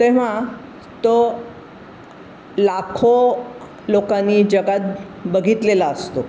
तेव्हा तो लाखो लोकांनी जगात बघितलेला असतो